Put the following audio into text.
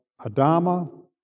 Adama